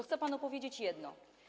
Chcę panu powiedzieć jedno.